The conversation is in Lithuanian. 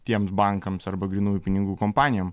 tiems bankams arba grynųjų pinigų kompanijom